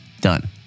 Done